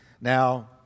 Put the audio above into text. Now